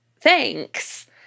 thanks